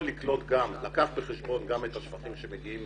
לקלוט ולקח בחשבון גם את השפכים שמגיעים